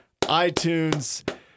iTunes